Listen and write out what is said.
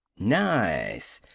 nice!